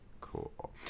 cool